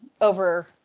over